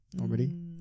already